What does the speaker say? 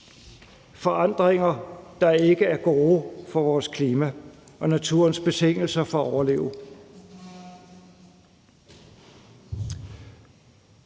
forandringer, der ikke er gode for vores klima og naturens betingelser for at overleve.